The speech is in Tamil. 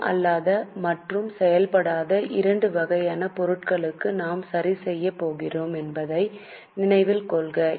பணம் அல்லாத மற்றும் செயல்படாத இரண்டு வகையான பொருட்களுக்கும் நாம் சரி செய்யப் போகிறோம் என்பதை நினைவில் கொள்க